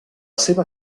seva